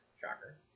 Shocker